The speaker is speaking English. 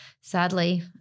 Sadly